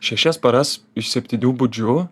šešias paras iš septynių budžiu